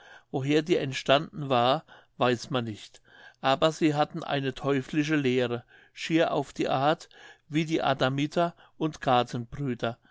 woher die entstanden war weiß man nicht aber sie hatten eine teuflische lehre schier auf die art wie die adamiter und